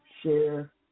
share